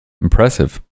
Impressive